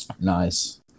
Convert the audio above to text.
Nice